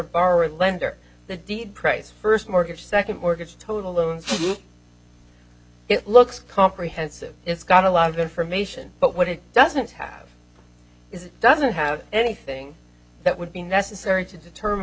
borrower lender the deed price first mortgage second mortgage total loons it looks comprehensive it's got a lot of information but what it doesn't have it doesn't have anything that would be necessary to determine